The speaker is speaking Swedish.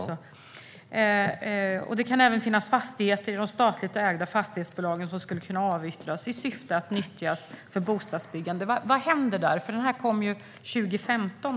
Det kan även finnas fastigheter inom statligt ägda fastighetsbolag som skulle kunna avyttras i syfte att nyttjas för bostadsbyggande. Vad händer där? SOU:n kom ju 2015.